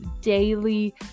daily